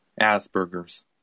Asperger's